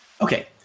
okay